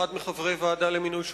אחד מחברי הוועדה למינוי שופטים.